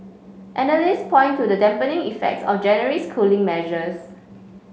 analysts point to the dampening effects of January's cooling measures